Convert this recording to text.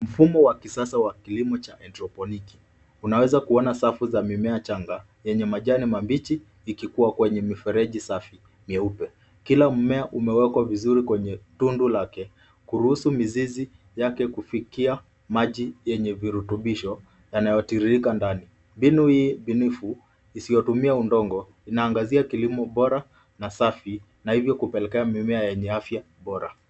Mfumo wa kisasa wa kilimo cha hydroponiki. Unaweza kuona safu za mimea changa yenye majani mabichi ikikua kwenye mifereji safi mieupe. Kila mmea umewekwa vizuri kwenye tundu yake kuruhusu mizizi yake kufikia maji yenye virutubisho yanayotiririka ndani. Mbinu hii bunifu isiyotumia udongo inaangazia kilimo bora na safi na ivyo kupelekea mimea yenye afya bora.